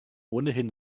ohnehin